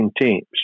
teams